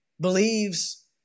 believes